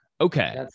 Okay